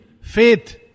faith